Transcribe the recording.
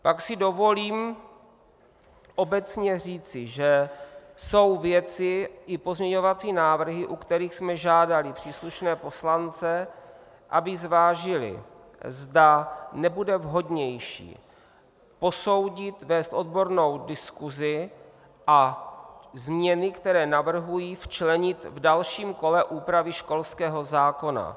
Pak si dovolím obecně říci, že jsou věci, i pozměňovací návrhy, u kterých jsme žádali příslušné poslance, aby zvážili, zda nebude vhodnější posoudit, vést odbornou diskusi, a změny, které navrhují, včlenit v dalším kole úpravy školského zákona.